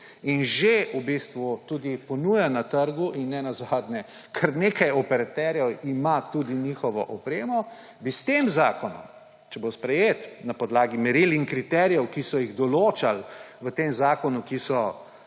in v bistvu tudi že ponuja na trgu in nenazadnje kar nekaj operaterjev ima tudi njihovo opremo, bi s tem zakonom, če bo sprejet, na podlagi meril in kriterijev, ki so jih določali v tem zakonu, ki so